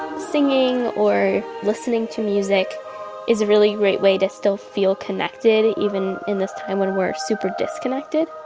singing or listening to music is a really great way to still feel connected even in this time when we're super disconnected.